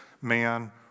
man